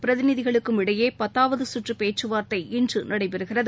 பிரதிநிதிகளுக்கும் இடையேபத்தாவதுசுற்றுபேச்சுவார்த்தை இன்றுநடைபெறுகிறது